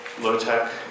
Low-tech